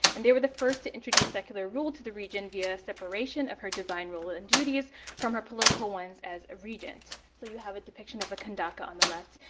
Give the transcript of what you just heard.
and they were the first to introduce secular rule to the region via separation of her divine role and duties from her political ones as a regent. so you have a depiction of a kandake on the left.